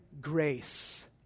grace